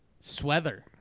Sweater